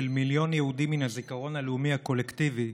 מיליון יהודים מן הזיכרון הלאומי הקולקטיבי,